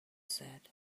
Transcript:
said